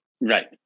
Right